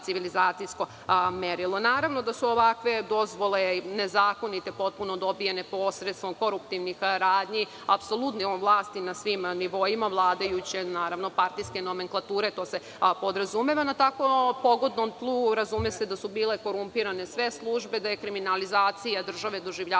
civilizacijsko merilo. Naravno da su ovakve dozvole potpuno nezakonite, dobijane posredstvom korumptivnih radnji, apsolutnom vlasti na svim nivoima vladajuće partijske nomenklature, to se podrazumeva, na tako pogodnom tlu razume se da su bile korumpirane sve službe, da je kriminalizacija države doživljavala